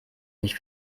nicht